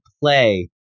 play